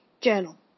journal